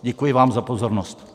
Děkuji vám za pozornost.